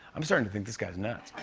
i'm starting to think this guy is nuts?